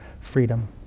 freedom